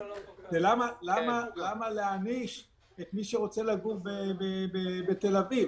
זה למה להעניש את מי שרוצה לגור בתל אביב?